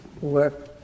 work